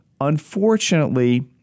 unfortunately